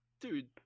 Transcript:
Dude